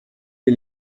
les